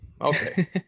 okay